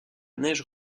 neige